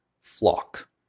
flock